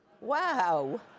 Wow